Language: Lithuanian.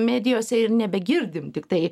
medijose ir nebegirdim tiktai